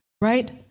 right